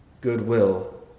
goodwill